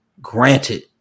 Granted